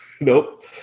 nope